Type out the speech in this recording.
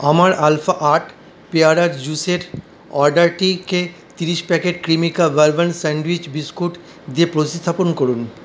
আমার আলফা আট পেয়ারার জুসের অর্ডারটি কে ত্রিশ packet Cremica bourbon sandwich biscuit দিয়ে প্রতিস্থাপন করুন